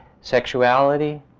Sexuality